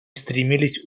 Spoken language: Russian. стремились